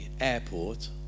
airport